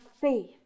faith